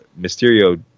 Mysterio